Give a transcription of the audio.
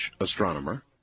astronomer